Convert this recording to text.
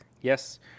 Yes